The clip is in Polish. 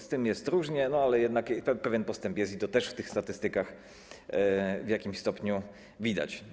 Z tym jest różnie, ale jednak pewien postęp jest i to też w tych statystykach w pewnym stopniu widać.